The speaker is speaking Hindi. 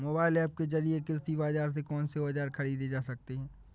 मोबाइल ऐप के जरिए कृषि बाजार से कौन से औजार ख़रीदे जा सकते हैं?